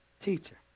Teacher